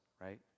right